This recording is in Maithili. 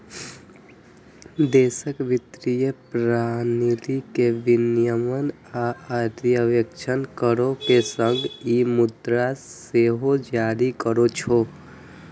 देशक वित्तीय प्रणाली के विनियमन आ पर्यवेक्षण करै के संग ई मुद्रा सेहो जारी करै छै